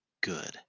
good